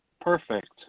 Perfect